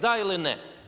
Da ili ne?